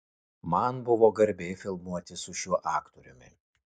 man buvo garbė filmuotis su šiuo aktoriumi